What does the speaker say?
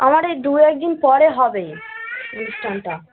আমার এই দু এক দিন পরে হবে অনুষ্ঠানটা